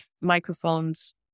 microphones